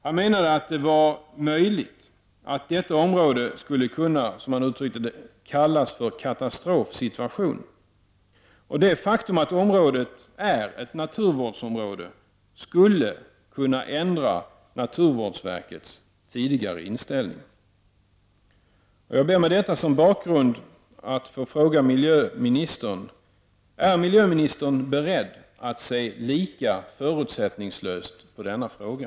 Han menade att det var möjligt att detta område ”skulle kunna kallas för en katastrofsituation”. Och det faktum att området är ett naturvårdsområde skulle kunna ändra naturvårdsverkets tidigare inställning. Jag ber, med detta som bakgrund, att få fråga: Är miljöministern beredd att se lika förutsättningslöst på denna fråga?